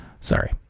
Sorry